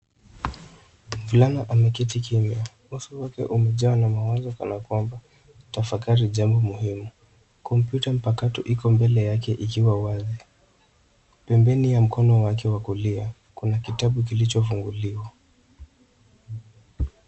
Mvulana amekati kimya. Uso wake umejawa na mawazo kana kwamba anatafakari jambo muhimu. Kompyuta mpakato iko mbele yake ikiwa wazi. Pembeni ya mkono wake wa kulia kuna kitabu kilichofunguliwa.